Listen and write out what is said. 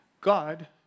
God